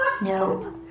No